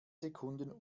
sekunden